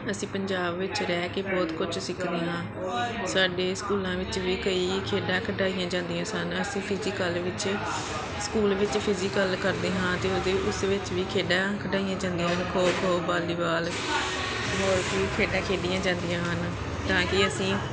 ਅਸੀਂ ਪੰਜਾਬ ਵਿੱਚ ਰਹਿ ਕੇ ਬਹੁਤ ਕੁਝ ਸਿੱਖਦੇ ਹਾਂ ਸਾਡੇ ਸਕੂਲਾਂ ਵਿੱਚ ਵੀ ਕਈ ਖੇਡਾਂ ਖਿਡਾਈਆਂ ਜਾਂਦੀਆਂ ਸਨ ਅਸੀਂ ਫਿਜੀਕਲ ਵਿੱਚ ਸਕੂਲ ਵਿੱਚ ਫਿਜੀਕਲ ਕਰਦੇ ਹਾਂ ਅਤੇ ਉਹਦੇ ਉਸ ਵਿੱਚ ਵੀ ਖੇਡਾਂ ਖਿਡਾਈਆਂ ਜਾਂਦੀਆਂ ਹਨ ਖੋ ਖੋ ਵਾਲੀਬਾਲ ਹੋਰ ਵੀ ਖੇਡਾਂ ਖੇਡੀਆਂ ਜਾਂਦੀਆਂ ਹਨ ਤਾਂ ਕਿ ਅਸੀਂ